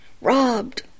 Robbed